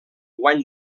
guany